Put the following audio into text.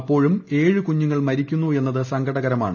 അപ്പോഴും ഏഴു കുഞ്ഞുങ്ങൾ മരിക്കുന്നു എന്നതു സങ്കടകരമാണ്